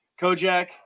Kojak